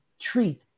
treat